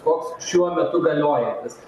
koks šiuo metu galiojantis